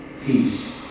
peace